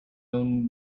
own